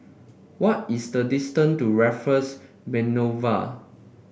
what is the distance to Raffles Boulevard